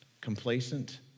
Complacent